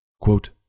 Quote